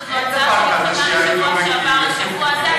שזו הצעה שנדחתה משבוע שעבר לשבוע זה,